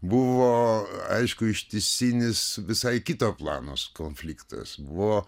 buvo aišku ištisinis visai kito planas konfliktas buvo